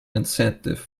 incentive